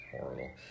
horrible